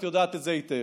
את יודעת את זה היטב.